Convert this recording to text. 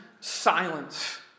silence